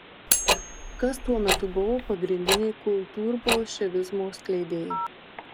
kas tuo metu buvo pagrindiniai kultūrbolševizmo skleidėjai